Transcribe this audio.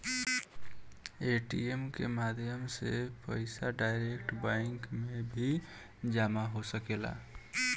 ATM के माध्यम से पईसा डायरेक्ट बैंक में भी जामा हो सकेला